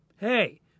Hey